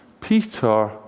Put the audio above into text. Peter